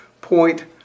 point